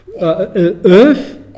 earth